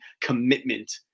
commitment